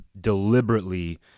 deliberately